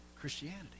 Christianity